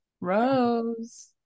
Rose